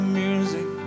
music